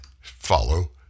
follow